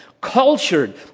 cultured